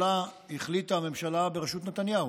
החליטה הממשלה בראשות נתניהו